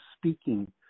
speaking